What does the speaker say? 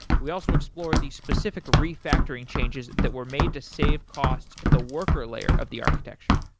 we also explore the specific refactoring changes that were made to save costs at the worker layer of the architecture.